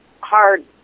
hard